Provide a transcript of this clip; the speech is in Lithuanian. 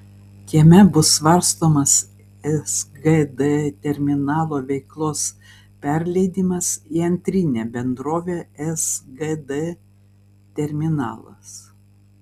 jame bus svarstomas sgd terminalo veiklos perleidimas į antrinę bendrovę sgd terminalas